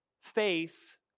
faith